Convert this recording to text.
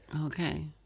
Okay